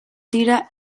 dira